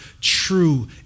true